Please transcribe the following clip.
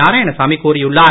நாராயணசாமி கூறியுள்ளார்